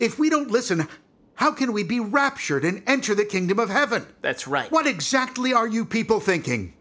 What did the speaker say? if we don't listen how can we be raptured in enter the kingdom of heaven that's right what exactly are you people thinking